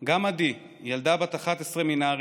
גם עדי, ילדה בת 11 מנהריה,